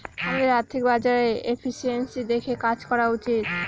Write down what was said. আমাদের আর্থিক বাজারে এফিসিয়েন্সি দেখে কাজ করা উচিত